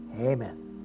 Amen